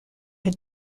her